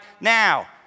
now